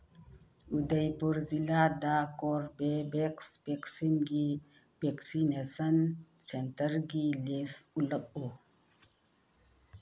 ꯎꯗꯩꯄꯨꯔ ꯖꯤꯂꯥꯗ ꯀꯣꯔꯕꯦꯕꯦꯛꯁ ꯚꯦꯛꯁꯤꯟꯒꯤ ꯚꯦꯛꯁꯤꯅꯦꯁꯟ ꯁꯦꯟꯇꯔꯒꯤ ꯂꯤꯁ ꯎꯠꯂꯛꯎ